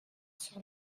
sur